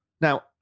Now